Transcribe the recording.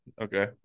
Okay